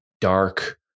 dark